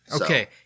Okay